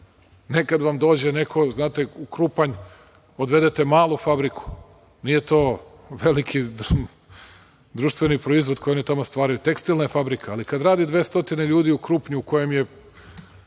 Nekad vam dođe neko, znate, u Krupanj, odvedete malu fabriku, nije to veliki društveni proizvod koji oni tamo stvaraju, tekstilna je fabrika, ali kada radi 200 ljudi u Krupnju, u kojem je